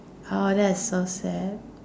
ah that's so sad